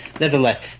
nevertheless